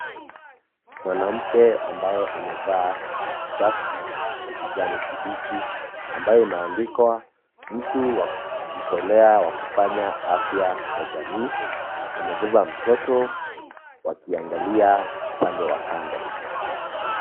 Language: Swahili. Mwanamke ambaye amevaa shati ya kijani kibichi lenye maandiko "Mtu wa Kujitolea wa Afya ya Jamii" amebeba mtoto wakiangalia upande wa kando